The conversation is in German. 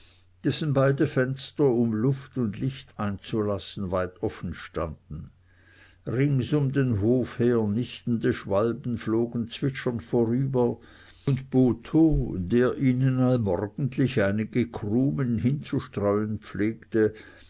dessen beide fenster um luft und licht einzulassen weit offenstanden rings um den hof her nistende schwalben flogen zwitschernd vorüber und botho der ihnen allmorgendlich einige krumen hinzustreuen pflegte